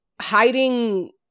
hiding